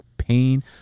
pain